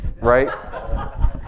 right